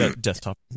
desktop